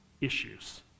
issues